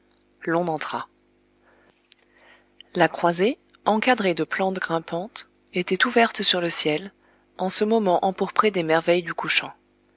l'on entra la croisée encadrée de plantes grimpantes était ouverte sur le ciel en ce moment empourpré des merveilles du couchant